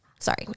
sorry